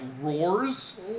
roars